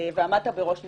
ועמדת בראש מפלגה.